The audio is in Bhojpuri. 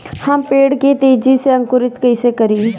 हम पेड़ के तेजी से अंकुरित कईसे करि?